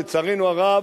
לצערנו הרב,